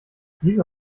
wieso